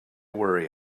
worry